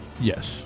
Yes